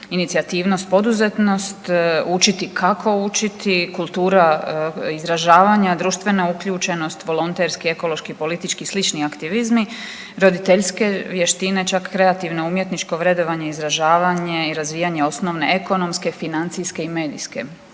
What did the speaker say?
inicijativnost, poduzetnost, učiti kao učiti, kultura izražavanja, društvena uključenost, volonterski, ekološki, politički i slični aktivizmi, roditeljske vještine čak kreativno umjetničko vrednovanje, izražavanje i razvijanje osnovne ekonomske, financijske i medijske